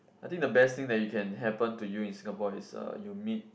I think the best thing that you can happen to you in Singapore is uh you meet